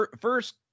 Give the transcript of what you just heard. first